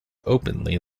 openly